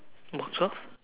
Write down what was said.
box of